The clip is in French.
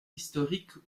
historiques